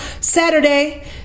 Saturday